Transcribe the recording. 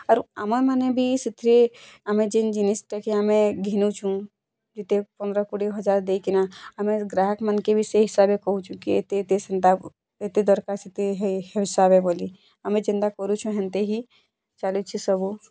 ଆରୁ ଆମେମାନେ ବି ସେଥିରେ ଆମେ ଯେନ୍ ଜିନିଷ୍ଟାକି ଆମେ ଘିନୁଛୁଁ ଯେତେ ପନ୍ଦର୍ କୁଡ଼ିଏ ହଜାର୍ ଦେଇକିନା ଆମେ ଗ୍ରାହକ୍ମାନ୍କେ ବି ସେଇ ହିସାବେ କହୁଛୁଁ କି ଏତେ ଏତେ ସେନ୍ତା ଏତେ ଦରକାର୍ ସେତେ ହେ ହିସାବେ ବୋଲି ଆମେ ଯେନ୍ତା କରୁଛୁଁ ହେନ୍ତା ହିଁ ଚାଲିଛି ସବୁ